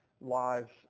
lives